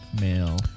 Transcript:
male